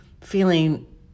feeling